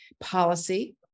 policy